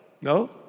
No